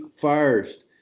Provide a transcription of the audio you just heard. first